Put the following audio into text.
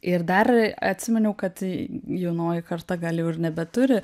ir dar atsiminiau kad jaunoji karta gal jau ir nebeturi